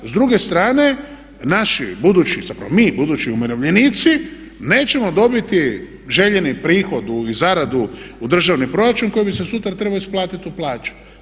S druge strane naši budući, zapravo mi budući umirovljenici nećemo dobiti željeni prihod i zaradu u državni proračun koji bi se sutra trebao isplatiti u plaće.